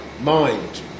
mind